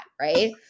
Right